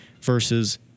versus